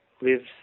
lives